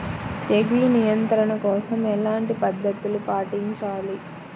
తెగులు నియంత్రణ కోసం ఎలాంటి పద్ధతులు పాటించాలి?